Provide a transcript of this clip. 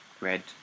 red